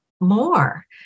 more